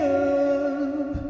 up